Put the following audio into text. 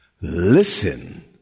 listen